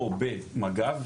או במג"ב,